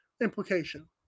implication